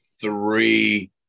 Three